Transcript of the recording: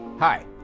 Hi